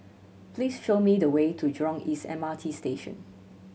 please show me the way to Jurong East M R T Station